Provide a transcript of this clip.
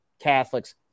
catholics